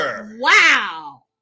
Wow